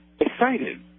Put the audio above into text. excited